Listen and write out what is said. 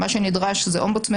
מה שנדרש זה אומבוצמן,